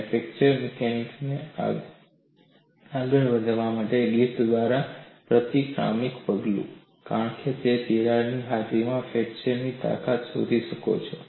અને fracture mechanics ને આગળ વધારવામાં ગ્રિફિથ દ્વારા પ્રતીકાત્મક પગલું કારણ કે તે તિરાડની હાજરીમાં ફ્રેક્ચરની તાકાત શોધી શક્યો છે